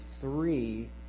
three